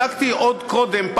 בדקתי עוד קודם,